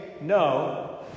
no